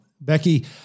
Becky